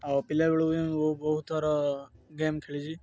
ଆଉ ପିଲାବେଳୁ ବିଁ ବହୁତ ଥର ଗେମ୍ ଖେଳିଛି